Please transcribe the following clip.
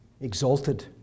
exalted